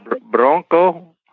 Bronco